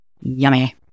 Yummy